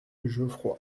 geoffroy